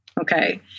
okay